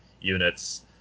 units